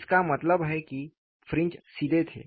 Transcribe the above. इसका मतलब है कि फ्रिंज सीधे थे